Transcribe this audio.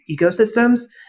ecosystems